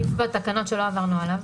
יש עוד סעיף בתקנות שלא עברנו עליו.